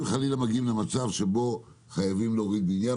אם חלילה מגיעים למצב שבו חייבים להוריד בניין,